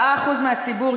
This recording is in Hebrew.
אתה טוען שכ-4% מהציבור,